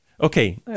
Okay